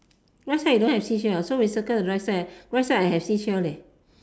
right side you don't have seashell so we circle the right side right side I have seashell leh